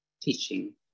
teaching